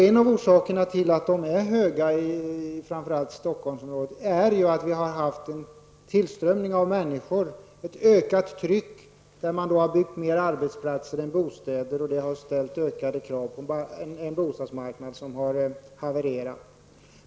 En av orsakerna till att kostnaderna är höga i framför allt Stockholmsområdet är ju att vi har haft en tillströmning av människor, ett ökat tryck. Man har då byggt mer arbetsplatser än bostäder, och detta har medfört ökade krav på en bostadsmarknad som har havererat.